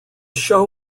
show